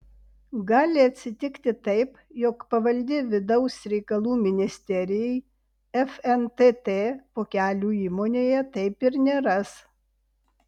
gali atsitikti taip jog pavaldi vidaus reikalų ministerijai fntt vokelių įmonėje taip ir neras